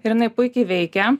ir jinai puikiai veikia